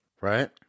Right